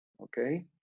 okay